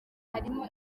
harimo